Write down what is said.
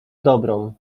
dobrą